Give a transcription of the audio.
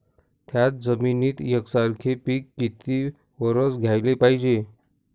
थ्याच जमिनीत यकसारखे पिकं किती वरसं घ्याले पायजे?